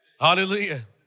Hallelujah